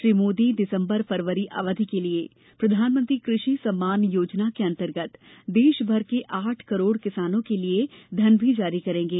नरेन्द्र मोदी दिसंबर फरवरी अवधि के लिये प्रधानमंत्री कृषि सम्मान योजना के अंतर्गत देशभर के आठ करोड़ किसानों के लिये धन भी जारी करेंगे